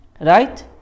right